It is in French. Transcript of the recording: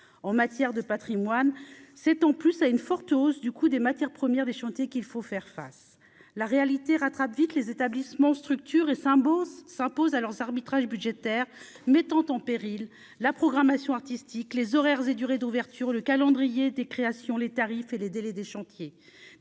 en matière de Patrimoine, c'est en plus à une forte hausse du coût des matières premières des chantiers qu'il faut faire face la réalité rattrape vite les établissements structure et 5 s'imposent à leurs arbitrages budgétaires, mettant en péril la programmation artistique, les horaires et durée d'ouverture, le calendrier des créations les tarifs et les délais des chantiers